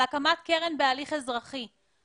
על הקמת קרן בהליך אזרחי.